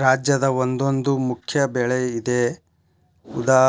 ರಾಜ್ಯದ ಒಂದೊಂದು ಮುಖ್ಯ ಬೆಳೆ ಇದೆ ಉದಾ